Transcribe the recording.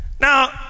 Now